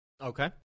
Okay